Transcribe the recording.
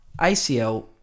ACL